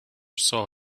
saw